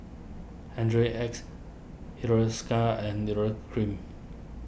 Hygin X Hiruscar and Urea Cream